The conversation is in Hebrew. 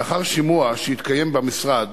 לאחר שימוע שהתקיים במשרד